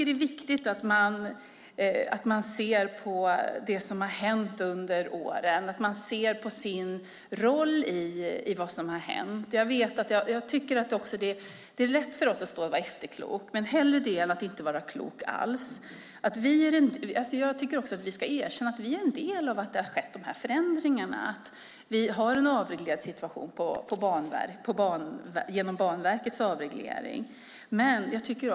Det är viktigt att se på vad som har hänt under åren, att se på sin roll i vad som har hänt. Det är lätt för oss att vara efterkloka, men hellre det än att inte vara klok alls. Vi ska också erkänna att vi är en del i att dessa förändringar har skett, att det finns en avreglerad situation genom avregleringen av Banverket.